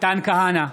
מתן כהנא,